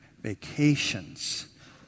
vacations